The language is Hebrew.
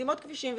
חסימות כבישים,